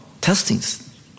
Testings